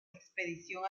expedición